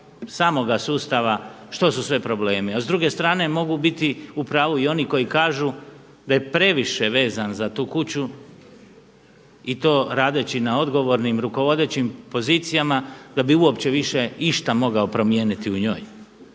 samoga sustava što su sve problemi. A s druge strane mogu biti u pravu i oni koji kažu da je previše vezan za tu kuću i to radeći na odgovornim, rukovodećim pozicijama da bi uopće više išta mogao promijeniti u njoj.